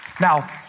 Now